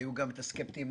היו גם את הסקפטיים